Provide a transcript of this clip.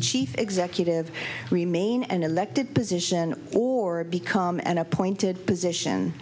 chief executive remain an elected position or become an appointed p